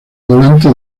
volante